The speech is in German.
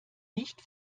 nicht